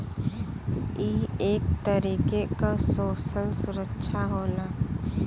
ई एक तरीके क सोसल सुरक्षा होला